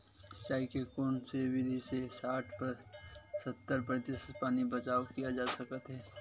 सिंचाई के कोन से विधि से साठ सत्तर प्रतिशत पानी बचाव किया जा सकत हे?